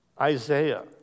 Isaiah